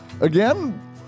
Again